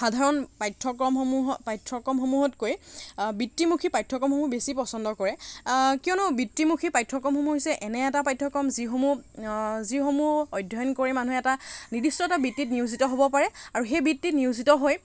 সাধাৰণ পাঠ্যক্ৰমসমূহৰ পাঠ্যক্ৰমসমূহতকৈ বৃত্তিমুখী পাঠ্যক্ৰমসমূহ বেছি পচন্দ কৰে কিয়নো বৃত্তিমুখী পাঠ্যক্ৰমসমূহ হৈছে এনে এটা পাঠ্যক্ৰম যিসমূহ যিসমূহ অধ্যয়ন কৰি মানুহে এটা নিৰ্দিষ্ট এটা বৃত্তিত নিয়োজিত হ'ব পাৰে আৰু সেই বৃত্তি নিয়োজিত হৈ